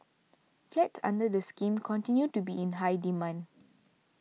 flats under the scheme continue to be in high demand